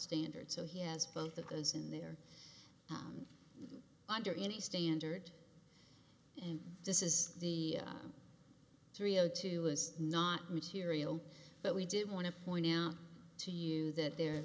standard so he has both of those in there under any standard and this is the three o two is not material but we did want to point out to you that there